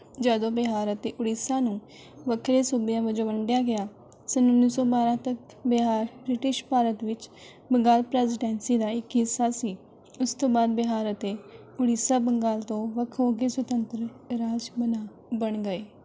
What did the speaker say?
ਜਦੋਂ ਬਿਹਾਰ ਅਤੇ ਉੜੀਸਾ ਨੂੰ ਵੱਖਰੇ ਸੂਬਿਆਂ ਵਜੋਂ ਵੰਡਿਆ ਗਿਆ ਸੰਨ ਉੱਨੀ ਸੌ ਬਾਰਾਂ ਤੱਕ ਬਿਹਾਰ ਬ੍ਰਿਟਿਸ਼ ਭਾਰਤ ਵਿੱਚ ਬੰਗਾਲ ਪ੍ਰੈਜ਼ੀਡੈਂਸੀ ਦਾ ਇੱਕ ਹਿੱਸਾ ਸੀ ਉਸ ਤੋਂ ਬਾਅਦ ਬਿਹਾਰ ਅਤੇ ਉੜੀਸਾ ਬੰਗਾਲ ਤੋਂ ਵੱਖ ਹੋ ਕੇ ਸੁਤੰਤਰ ਰਾਜ ਬਣਾ ਬਣ ਗਏ